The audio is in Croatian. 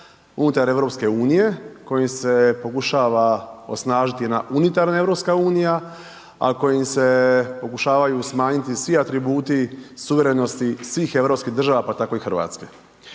unutar EU-a, kojom se pokušava osnažiti jedna unitarna EU a kojom im se pokušavaju smanjiti svi atributi suverenosti svih europskih država pa tako i Hrvatske.